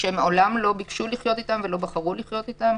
שהם מעולם לא ביקשו או בחרו לחיות איתם,